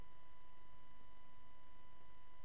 של